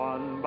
One